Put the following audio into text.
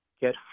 get